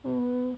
mm